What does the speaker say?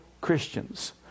Christians